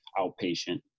outpatient